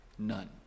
None